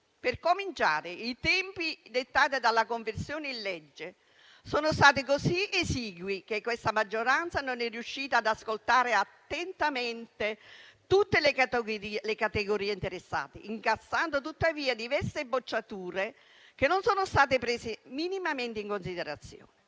Per cominciare, i tempi dettati dalla conversione in legge sono stati così esigui che questa maggioranza non è riuscita ad ascoltare attentamente tutte le categorie interessate, incassando tuttavia diverse bocciature che non sono state prese minimamente in considerazione.